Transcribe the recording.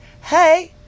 Hey